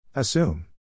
Assume